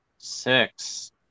Six